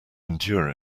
endure